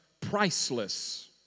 priceless